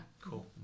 Cool